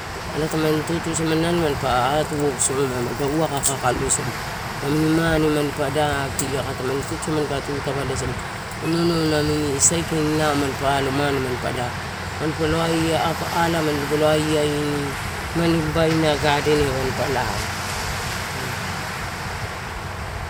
Elai taman tutu samani naio manipa hatwok soma manpa waka, kakailosamani, ramini mane manpa daki aka tamani tutusamani, kae tutu tavaela, samani ono onou namini saikain lao, manpa lao mane manpa daki, manpa lo aiaini a alamani dipola aiaini imania babaina gaden manpa lao.